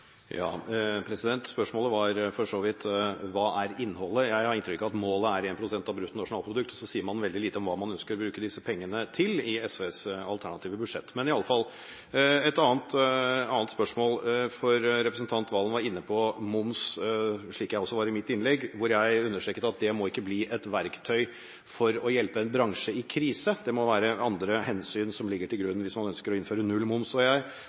Spørsmålet var for så vidt: Hva er innholdet? Jeg har inntrykk av at målet er 1 pst. av brutto nasjonalprodukt, og så sier man veldig lite om hva man ønsker å bruke disse pengene til i SVs alternative budsjett. Men et annet spørsmål: Representanten Serigstad Valen var inne på moms, slik jeg også var i mitt innlegg, hvor jeg understreket at det ikke måtte bli et verktøy for å hjelpe en bransje i krise. Det må være andre hensyn som ligger til grunn hvis man ønsker å innføre